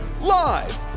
Live